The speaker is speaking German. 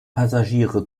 passagiere